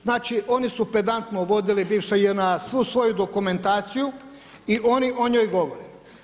Znači oni su pedantno vodili bivša JNA, svu svoju dokumentaciju i oni o njoj govore.